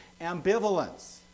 Ambivalence